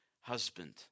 husband